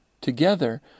together